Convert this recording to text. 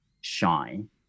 shine